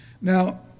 Now